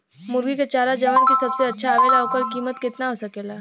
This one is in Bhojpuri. मुर्गी के चारा जवन की सबसे अच्छा आवेला ओकर कीमत केतना हो सकेला?